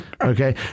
Okay